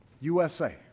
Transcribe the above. USA